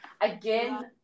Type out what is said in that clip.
again